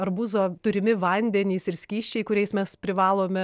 arbūzo turimi vandenys ir skysčiai kuriais mes privalome